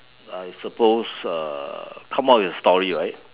I suppose uh come up with a story right